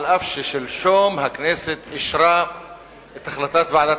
אף ששלשום הכנסת אישרה את החלטת ועדת